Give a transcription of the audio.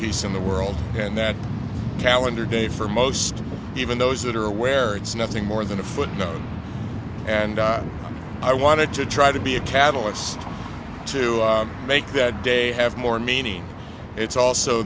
peace in the world and that calendar day for most even those that are aware it's nothing more than a footnote and i want to try to be a catalyst to make that day have more meaning it's also